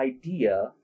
idea